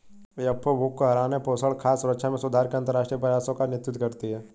FAO भूख को हराने, पोषण, खाद्य सुरक्षा में सुधार के अंतरराष्ट्रीय प्रयासों का नेतृत्व करती है